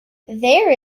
there